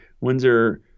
Windsor